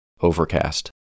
Overcast